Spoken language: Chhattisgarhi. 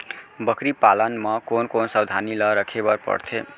बकरी पालन म कोन कोन सावधानी ल रखे बर पढ़थे?